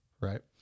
right